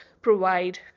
provide